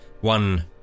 one